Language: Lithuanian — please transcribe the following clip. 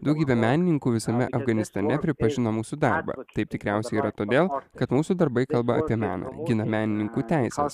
daugybė menininkų visame afganistane pripažino mūsų darbą taip tikriausiai yra todėl kad mūsų darbai kalba apie meną gina menininkų teises